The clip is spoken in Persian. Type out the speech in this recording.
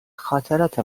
خاطرات